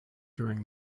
during